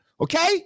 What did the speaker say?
okay